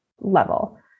level